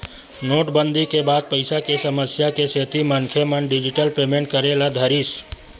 नोटबंदी के बाद पइसा के समस्या के सेती मनखे मन डिजिटल पेमेंट करे ल धरिस